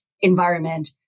environment